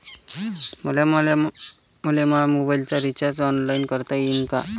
मले माया मोबाईलचा रिचार्ज ऑनलाईन करता येईन का?